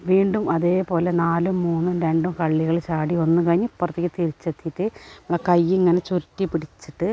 വീണ്ടും അതേപോലെ നാലും മൂന്നും രണ്ടും കള്ളികൾ ചാടി വന്നു കഴിഞ്ഞിപ്പുറത്തേക്കു തിരിച്ചെത്തിയിട്ട് നമ്മളുടെ കയ്യിങ്ങനെ ചുരുട്ടി പിടിച്ചിട്ട്